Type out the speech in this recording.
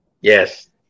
yes